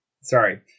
Sorry